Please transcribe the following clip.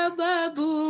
babu